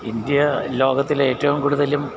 India ലോകത്തിലെ ഏറ്റവും കൂടുതലും